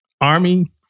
army